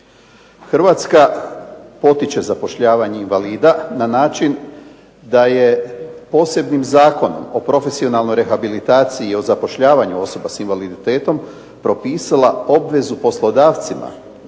Hrvatska potiče zapošljavanje invalida na način da je posebnim Zakonom o profesionalnoj rehabilitaciji i o zapošljavanju osoba s invaliditetom propisala obvezu poslodavcima